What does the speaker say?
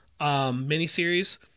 miniseries